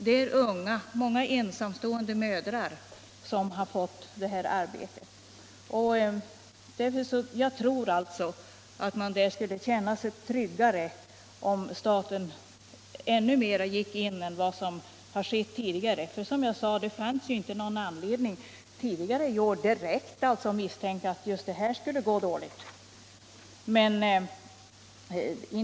Det är unga människor och många ensamstående mödrar som fått arbete, och jag tror att de skulle känna sig tryggare om staten gick in ännu mer än vad som har skett tidigare. Det fanns ju inte, som jag redan nämnt, någon direkt anledning tidigare i år att misstänka att just detta företag skulle gå dåligt.